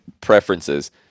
preferences